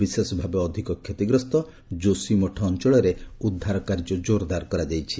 ବିଶେଷଭାବେ ଅଧିକ କ୍ଷତିଗ୍ରସ୍ତ ଜୋସୀ ମଠ ଅଞ୍ଚଳରେ ଉଦ୍ଧାର କାର୍ଯ୍ୟ ଜୋରଦାର କରାଯାଇଛି